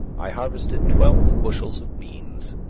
i harvested twelve bushels of beans.